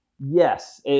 Yes